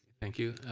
thank you.